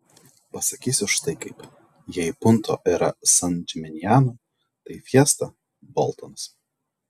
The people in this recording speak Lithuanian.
pasakysiu štai kaip jei punto yra san džiminjano tai fiesta boltonas